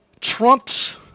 Trump's